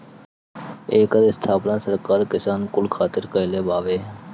एकर स्थापना सरकार किसान कुल खातिर कईले बावे